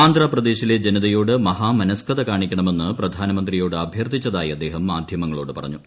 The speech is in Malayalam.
ആന്ധ്രപ്രദേശിലെ ജനതയോട് മഹാമനസ്കത കാണിക്കണമെണ്ണ് പ്രധാനമന്ത്രിയോട് അഭ്യർത്ഥിച്ചതായി അദ്ദേഹം മാധ്യമങ്ങളോട്ട് പ്റഞ്ഞു